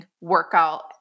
workout